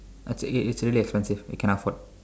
it it's really expensive you cannot afford